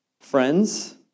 Friends